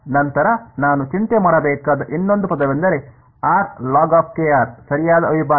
ನಂತರ ನಾನು ಚಿಂತೆ ಮಾಡಬೇಕಾದ ಇನ್ನೊಂದು ಪದವೆಂದರೆ ಸರಿಯಾದ ಅವಿಭಾಜ್ಯ